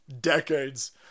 decades